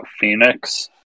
Phoenix